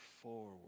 forward